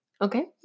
Okay